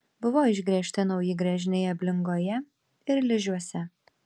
buvo išgręžti nauji gręžiniai ablingoje ir ližiuose